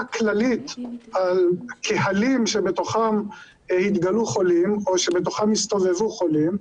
כללית על קהלים שבתוכם יתגלו חולים או שבתוכם יסתובבו חולים,